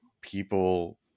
people